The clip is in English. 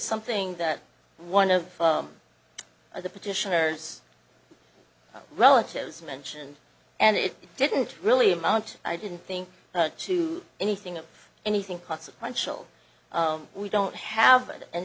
something that one of the petitioners relatives mentioned and it didn't really amount i didn't think to anything or anything consequential we don't have an